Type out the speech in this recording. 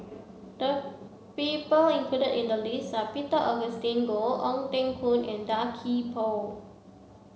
the people included in the list are Peter Augustine Goh Ong Teng Koon and Tan Gee Paw